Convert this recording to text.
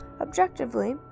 Objectively